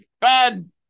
Bad